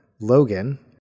Logan